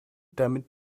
damit